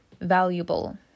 valuable